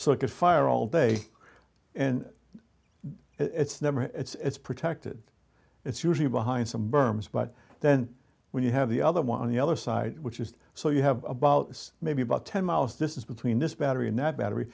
so it could fire all day and it's never it's protected it's usually behind some berms but then when you have the other one on the other side which is so you have about maybe about ten miles this is between this battery and that battery